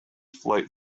flight